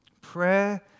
prayer